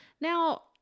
Now